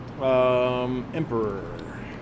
Emperor